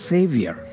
Savior